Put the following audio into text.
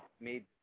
made